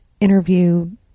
interview